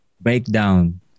breakdown